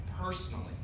personally